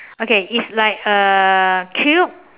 okay it's like a cube